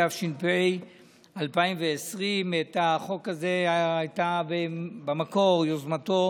התש"ף 2020. החוק הזה היה במקור יוזמתו